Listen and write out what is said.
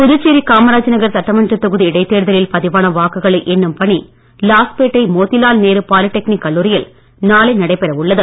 புதுச்சேரி காமராஜ் நகர் சட்டமன்ற தொகுதி இடைத்தேர்தலில் பதிவான வாக்குகளை எண்ணும் பணி லாஸ்பேட் மோதிலால் நேரு பாலிடெக்னிக் கல்லூரியில் நாளை நடைபெற உள்ளது